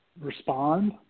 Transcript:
respond